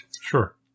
Sure